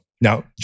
Now